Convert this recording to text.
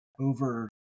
over